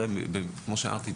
כי כמו שאמרתי,